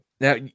now